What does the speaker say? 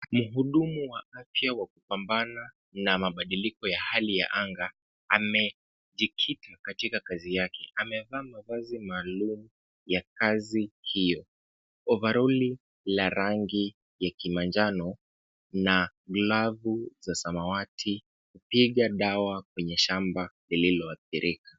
Mhudumu wa afya wa kupambana na mabadiliko ya hali ya anga, amejikita katika kazi yake .Amevaa mavazi maalum ya kazi hiyo. Ovaroli la rangi ya kimanjano na glavu za samawati .Hupiga dawa kwenye shamba lililoathirika.